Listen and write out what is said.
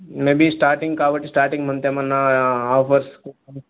maybe starting కాబట్టి starting month ఏమైనా offers